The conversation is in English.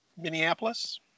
Minneapolis